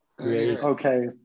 Okay